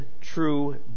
true